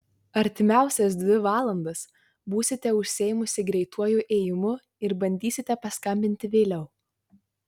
artimiausias dvi valandas būsite užsiėmusi greituoju ėjimu ir bandysite paskambinti vėliau